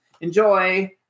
Enjoy